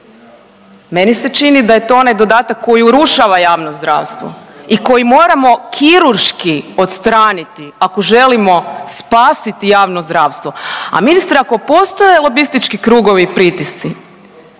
Meni se čini da je to onaj dodatak koji urušava javno zdravstvo i koji moramo kirurški odstraniti ako želimo spasiti javno zdravstvo. A ministre ako postoje lobistički krugovi i pritisci,